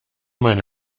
meine